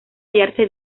hallarse